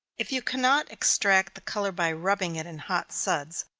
if you cannot extract the color by rubbing it in hot suds,